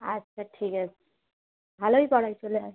আচ্ছা ঠিক আছে ভালোই করায় চলে আয়